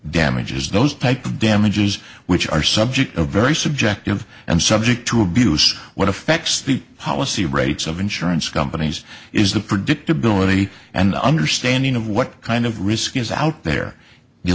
damages those type of damages which are subject to very subjective and subject to abuse what affects the policy rates of insurance companies is the predictability and understanding of what kind of risk is out there